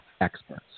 experts